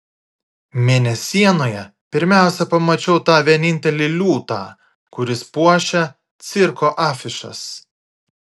mėnesienoje pirmiausia pamačiau tą vienintelį liūtą kuris puošia cirko afišas